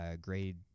grade